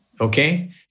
Okay